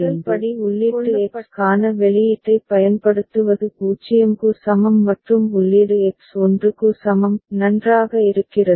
எனவே முதல் படி உள்ளீட்டு X க்கான வெளியீட்டைப் பயன்படுத்துவது 0 க்கு சமம் மற்றும் உள்ளீடு X 1 க்கு சமம் நன்றாக இருக்கிறது